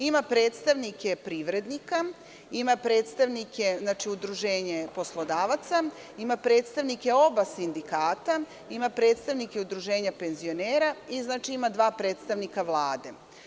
Ima predstavnike privrednika, ima predstavnike udruženja poslodavaca, ima predstavnike oba sindikata, ima predstavnike udruženja penzionera i ima dva predstavnika Vlade.